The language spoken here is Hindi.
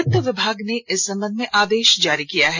वित्त विभाग ने इस संबंध में आदेश जारी कर दिया है